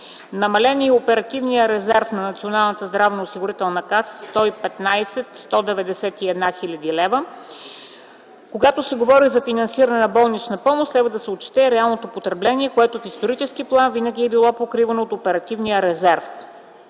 Намален е и оперативният резерв на НЗОК с 115 191 хил. лв. Когато се говори за финансиране на болничната помощ следва да се отчете и реалното потребление, което в исторически план винаги е било покривано от оперативния резерв.